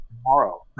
tomorrow